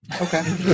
Okay